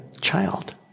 child